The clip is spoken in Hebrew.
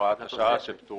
הוראת השעה שפטורה